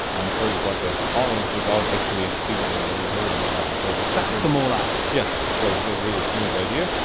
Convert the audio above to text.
and so you got the colony without actually digging a little hole in the ground. so sucked them all up. yes, yeah so this was really a genius idea,